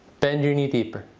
bend your knee deeper.